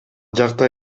жакта